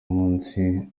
umunsi